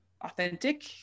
authentic